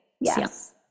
Yes